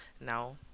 now